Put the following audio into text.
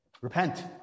Repent